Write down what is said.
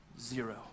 zero